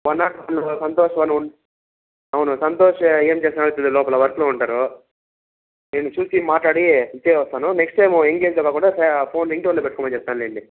one nought వన్లో సంతోష్ అవును సంతోష్ ఏం చేస్తన్నాడో తెలీదు లోపల వర్క్లో ఉంటారు నేను చూసి మాట్లాడి ఇచ్చేసి వస్తాను నెక్స్ట్ టైం ఎంగేజ్లో కాకుండా ఫోన్ రింగ్ టోన్లో పెట్టుకోమని చెప్తాను లేండి